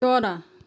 चरा